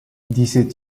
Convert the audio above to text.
disait